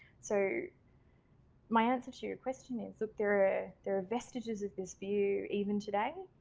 so my answer to your question is look there ah there are vestiges of this view even today,